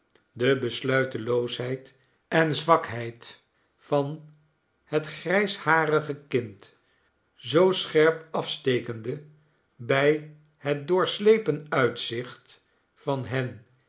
de besluiteloosheid en zwakheid van het grijsharige kind zoo scherp afstekende bij het doorslepen uitzicht van hen